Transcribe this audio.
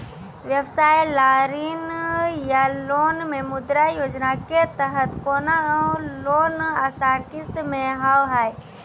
व्यवसाय ला ऋण या लोन मे मुद्रा योजना के तहत कोनो लोन आसान किस्त मे हाव हाय?